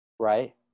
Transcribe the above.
right